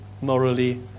morally